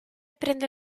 prende